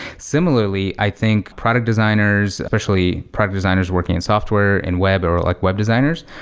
similarly, i think product designers, especially private designers working in software and web or like web designers,